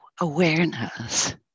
awareness